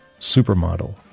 supermodel